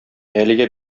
әлегә